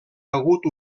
hagut